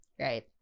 right